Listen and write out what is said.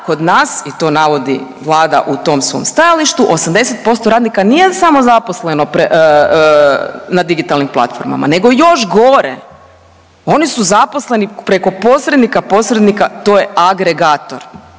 kod nas i to navodi Vlada u tom svom stajalištu 80% radnika nije samozaposleno na digitalnim platformama nego još gore, oni su zaposleni preko posrednika posrednika to je agregator